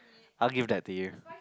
I'll give that to you